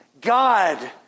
God